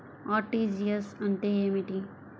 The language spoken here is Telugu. అర్.టీ.జీ.ఎస్ అంటే ఏమిటి?